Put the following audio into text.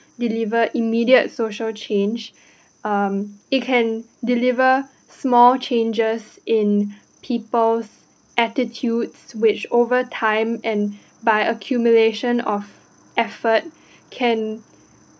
deliver immediate social change um it can deliver small changes in people's attitudes which over time and by accumulation of effort can